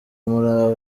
umurava